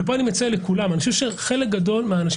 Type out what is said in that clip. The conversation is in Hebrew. כאן אני מציע לכולם ואומר שאני חושב שחלק גדול מהאנשים